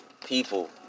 people